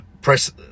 press